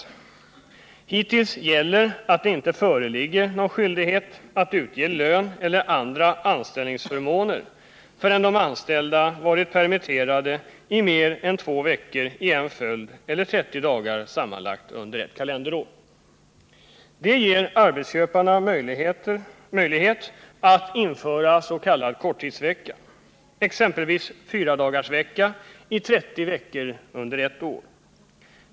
Hittills gäller att det inte föreligger någon skyldighet att utge lön eller andra anställningsförmåner förrän de anställda varit permitterade i mer än två veckor i en följd eller 30 dagar sammanlagt under ett kalenderår. Det ger arbetsköparna möjlighet att införa s.k. korttidsvecka, exempelvis fyradagarsvecka i 30 veckor under ett år.